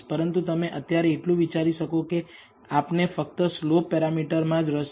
પરંતુ તમે અત્યારે એટલુ વિચારી શકો કે આપને ફક્ત સ્લોપ પેરામીટરમાં જ રસ છે